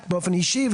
את באופן אישי,